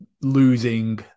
losing